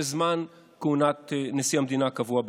זמן כהונת נשיא המדינה הקבוע בחוק.